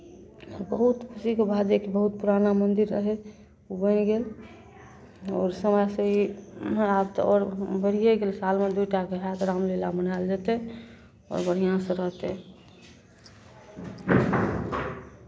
बहुत खुशीके बात जे बहुत पुराना मन्दिर रहै ओ बनि गेल ओ समाजसँ ई आब तऽ आओर बढ़िएँ गेल सालमे दू टाके हएत रामलीला मनायल जेतै आओर बढ़िआँसँ रहतै